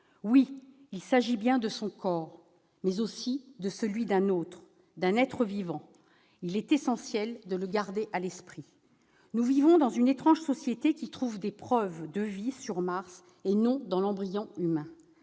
Oui, il s'agit bien de son corps, mais aussi de celui d'un autre, de celui d'un être vivant. Il est essentiel de garder cela à l'esprit. Nous vivons dans une étrange société, qui trouve des preuves de vie sur Mars et non dans l'embryon humain